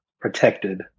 protected